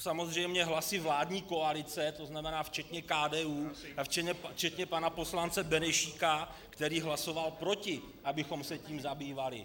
Samozřejmě hlasy vládní koalice, to znamená včetně KDU a včetně pana poslance Benešíka, který hlasoval proti, abychom se tím zabývali.